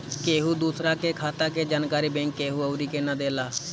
केहू दूसरा के खाता के जानकारी बैंक केहू अउरी के ना देला